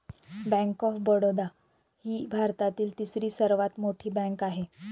bank of Baroda ही भारतातील तिसरी सर्वात मोठी बँक आहे